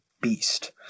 beast